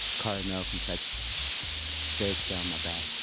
caramel complexion. dreads down my back.